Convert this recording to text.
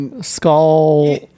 Skull